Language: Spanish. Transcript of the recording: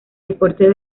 deporte